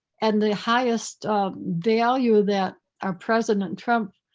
and the highest value that our president, trump,